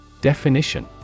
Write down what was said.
Definition